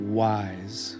wise